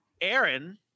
Aaron